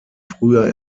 früher